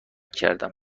کردم